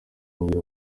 ambwira